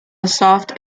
soft